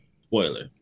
Spoiler